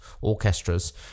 orchestras